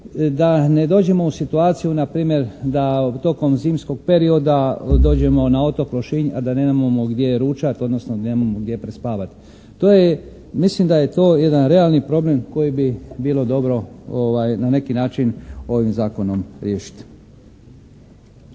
da ne dođemo u situaciju na primjer da tokom zimskog perioda dođemo na otok Lošinj, a da nemamo gdje ručati odnosno nemamo gdje prespavati. To je, mislim da je to jedan realni problem koji bi bilo dobro na neki način ovim zakonom riješiti.